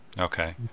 Okay